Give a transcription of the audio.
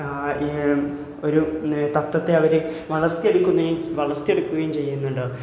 ഒരു തത്ത്വത്തെ അവർ വളർത്തിയെടുക്കുന്നതും വളർത്തിയെടുക്കുകയും ചെയ്യുന്നുണ്ട്